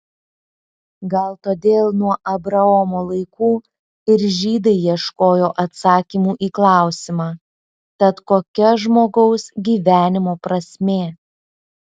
gal todėl nuo abraomo laikų ir žydai ieškojo atsakymų į klausimą tad kokia žmogaus gyvenimo prasmė